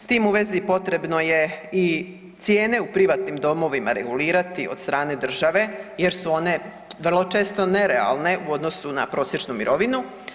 S tim u vezi potrebno je i cijene u privatnim domovima regulirati od strane države jer su one vrlo često nerealne u odnosu na prosječnu mirovinu.